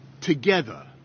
together